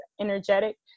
energetic